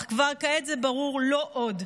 אך כבר כעת זה ברור: לא עוד.